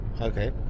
Okay